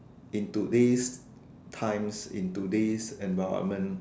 into these times into these environment